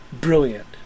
brilliant